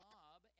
Bob